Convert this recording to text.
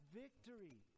victory